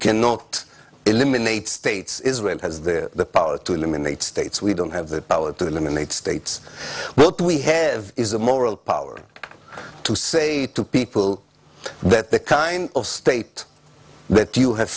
cannot eliminate states israel has the power to eliminate states we don't have the power to eliminate states will we have is a moral power to say to people that the kind of state that you have